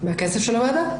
מהכסף של הוועדה.